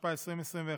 התשפ"א 2021,